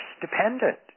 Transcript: dependent